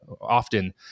often